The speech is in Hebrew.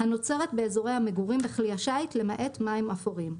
הנוצרת באזורי המגורים בכלי השיט למעט מים אפורים,